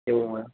एवं वा